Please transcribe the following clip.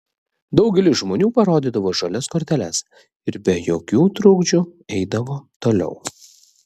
daugelis žmonių parodydavo žalias korteles ir be jokių trukdžių eidavo toliau